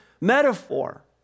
metaphor